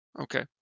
okay